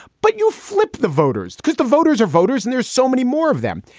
but you flip the voters because the voters are voters and there's so many more of them.